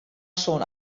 schon